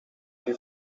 che